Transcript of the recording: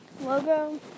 logo